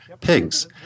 pigs